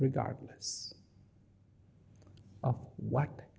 regardless of what